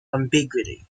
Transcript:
ambiguity